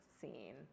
scene